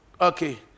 Okay